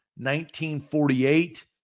1948